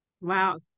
Wow